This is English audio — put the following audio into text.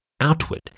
outward